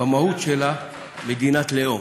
במהות שלה מדינת לאום.